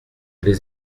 les